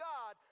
God